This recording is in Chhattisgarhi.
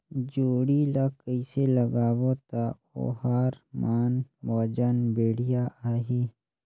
जोणी ला कइसे लगाबो ता ओहार मान वजन बेडिया आही?